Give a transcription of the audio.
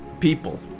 people